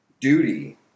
duty